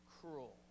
cruel